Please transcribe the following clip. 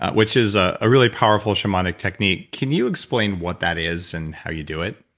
which is a really powerful shamanic technique. can you explain what that is and how you do it?